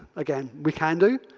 again, we can do.